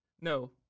No